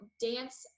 dance